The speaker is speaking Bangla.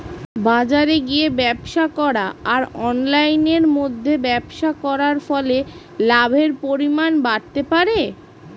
বাজারে গিয়ে ব্যবসা করা আর অনলাইনের মধ্যে ব্যবসা করার ফলে লাভের পরিমাণ বাড়তে পারে?